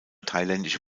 thailändische